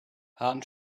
hahn